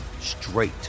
straight